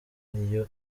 iyo